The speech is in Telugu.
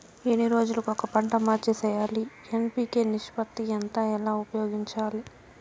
ఎన్ని రోజులు కొక పంట మార్చి సేయాలి ఎన్.పి.కె నిష్పత్తి ఎంత ఎలా ఉపయోగించాలి?